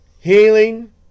healing